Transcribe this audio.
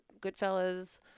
Goodfellas